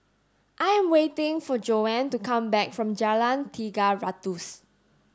I am waiting for Joanne to come back from Jalan Tiga Ratus